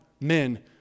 men